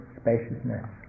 spaciousness